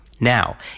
Now